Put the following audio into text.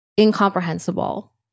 incomprehensible